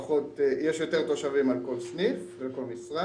יותר תושבים על כל סניף, על כל משרה.